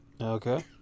Okay